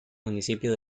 municipio